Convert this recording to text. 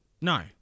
No